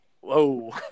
whoa